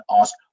ask